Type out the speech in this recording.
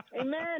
amen